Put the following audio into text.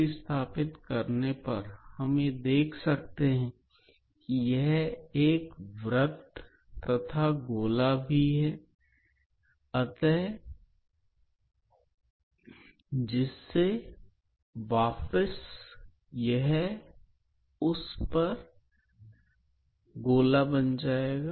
प्रतिस्थापित करने पर हम इसे वृत तथा गोले की तरह देख सकते हैं